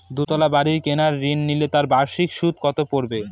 দুতলা বাড়ী কেনার ঋণ নিলে তার বার্ষিক সুদ কত পড়বে?